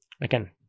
Again